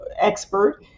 expert